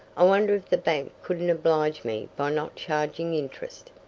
i wonder if the bank couldn't oblige me by not charging interest.